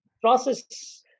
process